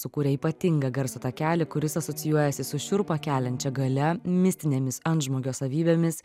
sukūrė ypatingą garso takelį kuris asocijuojasi su šiurpą keliančia galia mistinėmis antžmogio savybėmis